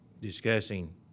discussing